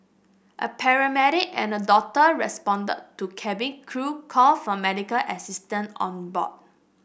a paramedic and a doctor responded to cabin crew call for medical assistance on board